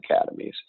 academies